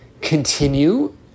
continue